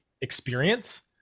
experience